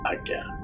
again